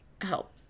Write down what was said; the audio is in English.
help